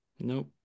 Nope